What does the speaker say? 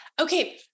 Okay